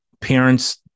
parents